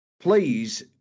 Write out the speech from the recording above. Please